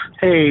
Hey